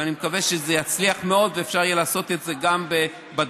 ואני מקווה שזה יצליח מאוד ואפשר יהיה לעשות את זה גם בדרום,